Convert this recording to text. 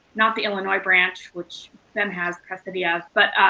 not the illinois branch which ben has custody of, but